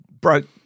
broke